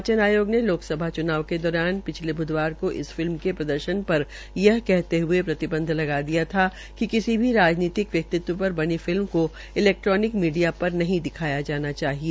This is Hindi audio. निर्वाचन आयोग ने लोकसभा चुनाव के दौरान पिछले बुध्वार को इस फिल्म में प्रदर्शन पर यह कहते प्रतिबंध लगा दिया था कि भिसी भी राजनीतिक व्यक्ति पर बनी फिल्म को इलैक्ट्रोनिक मीडिया पर नहीं दिखाना जाना चाहिए